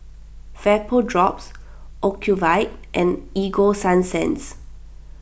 Vapodrops Ocuvite and Ego Sunsense